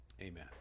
Amen